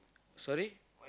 sorry